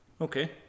okay